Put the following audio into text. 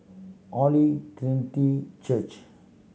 Holy Trinity Church